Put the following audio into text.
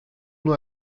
nur